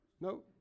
No